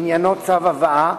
עניינו צו הבאה,